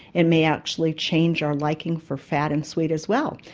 and may actually change our liking for fat and sweet as well.